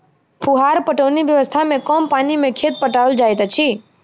फुहार पटौनी व्यवस्था मे कम पानि मे खेत पटाओल जाइत अछि